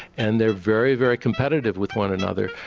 and they are very, very competitive with one another.